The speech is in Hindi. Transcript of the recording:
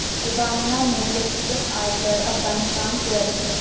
अल्बानिया में व्यक्तिगत आयकर अफ़ग़ानिस्तान से अधिक है